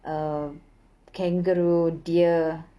err kangaroo deer